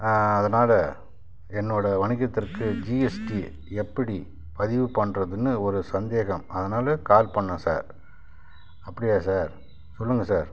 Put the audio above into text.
அதனால் என்னோடய வணிகத்திற்கு ஜிஎஸ்டி எப்படி பதிவு பண்ணுறதுனு ஒரு சந்தேகம் அதனால் கால் பண்ணேன் சார் அப்படியா சார் சொல்லுங்கள் சார்